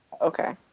Okay